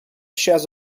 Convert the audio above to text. shares